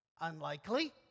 Unlikely